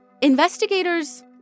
investigators